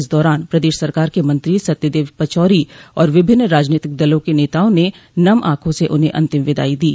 इस दौरान प्रदेश सरकार के मंत्री सत्यदेव पचौरी और विभिन्न राजनीतिक दलों के नेताओं ने नम आंखों से उन्हें अंतिम विदाई दी